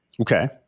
Okay